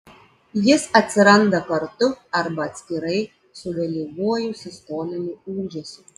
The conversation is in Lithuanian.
jis atsiranda kartu arba atskirai su vėlyvuoju sistoliniu ūžesiu